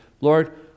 Lord